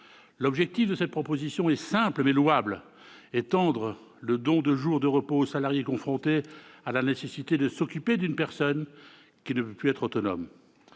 L'objet de cette proposition de loi est simple, mais louable : étendre le dispositif du don de jours de repos aux salariés confrontés à la nécessité de s'occuper d'une personne qui n'est plus autonome.